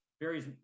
varies